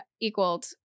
equaled